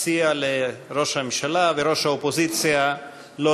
ואציע לראש הממשלה וראש האופוזיציה לא